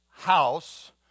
house